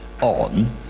on